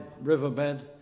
riverbed